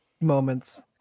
moments